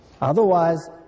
Otherwise